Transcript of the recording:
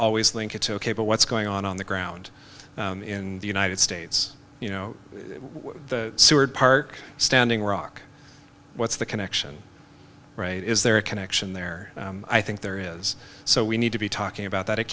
always think it's ok but what's going on on the ground in the united states you know the seward park standing rock what's the connection right is there a connection there i think there is so we need to be talking about that it